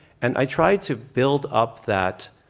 and i tried to build up that